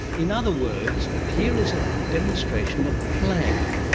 in other words, here is a demonstration of play.